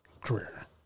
career